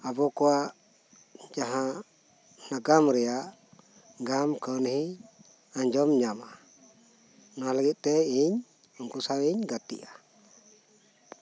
ᱟᱵᱚ ᱠᱚᱣᱟᱜ ᱡᱟᱦᱟᱸ ᱱᱟᱜᱟᱢ ᱨᱮᱭᱟᱜ ᱜᱟᱢ ᱠᱟᱱᱦᱤ ᱟᱸᱡᱚᱢ ᱧᱟᱢᱟ ᱚᱱᱟ ᱞᱟᱹᱜᱤᱫ ᱛᱮ ᱤᱧ ᱩᱱᱠᱩ ᱥᱟᱶ ᱤᱧ ᱜᱟᱛᱮᱜᱼᱟ